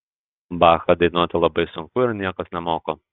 bachą dainuoti labai sunku ir niekas nemoko